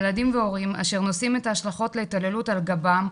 ילדים והורים אשר נושאים את השלכות ההתעללות על גבם,